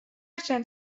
چند